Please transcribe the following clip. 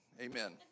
amen